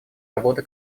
работы